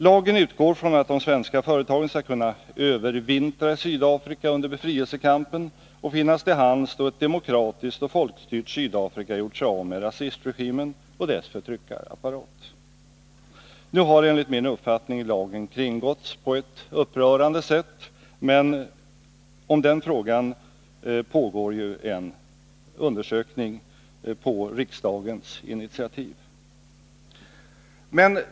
Lagen utgår från att de svenska företagen skall kunna ”övervintra” i Sydafrika under befrielsekampen och finnas till hands då ett demokratiskt och folkstyrt Sydafrika gjort sig av med rasistregimen och dess förtryckarapparat. Nu har lagen enligt min uppfattning kringgåtts på ett upprörande sätt, men i den frågan pågår, på riksdagens initiativ, en undersökning.